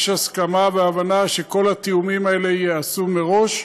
יש הסכמה והבנה שכל התיאומים האלה ייעשו מראש,